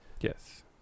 yes